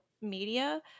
media